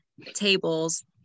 tables